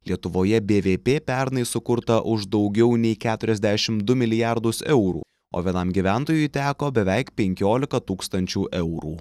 lietuvoje bvp pernai sukurta už daugiau nei keturiasdešim du milijardus eurų o vienam gyventojui teko beveik penkiolika tūkstančių eurų